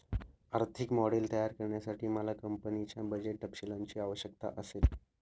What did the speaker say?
आर्थिक मॉडेल तयार करण्यासाठी मला कंपनीच्या बजेट तपशीलांची आवश्यकता असेल